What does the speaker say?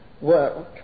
world